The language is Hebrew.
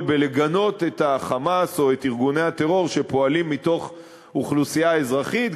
בגינוי ה"חמאס" או ארגוני הטרור שפועלים מתוך אוכלוסייה אזרחית.